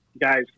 guys